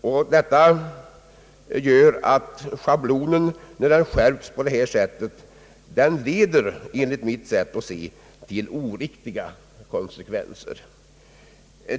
Enligt mitt sätt att se leder förslaget om skärpt schablonberäkning till oriktiga konsekvenser.